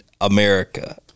America